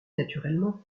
naturellement